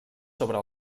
sobre